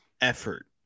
effort